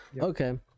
okay